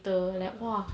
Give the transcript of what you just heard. ah ah